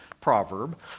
proverb